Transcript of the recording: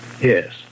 Yes